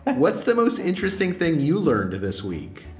what's the most interesting thing you learned this week?